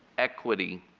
equity